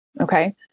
Okay